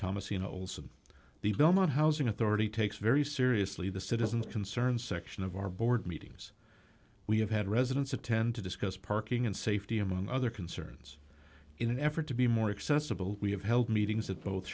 thomas in olson the belmont housing authority takes very seriously the citizens concerned section of our board meetings we have had residents attend to discuss parking and safety among other concerns in an effort to be more accessible we have held meetings at both